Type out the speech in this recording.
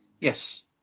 Yes